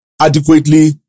adequately